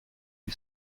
lui